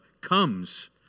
comes